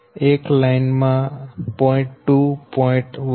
એક લાઈન માં j0